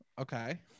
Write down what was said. Okay